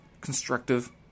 constructive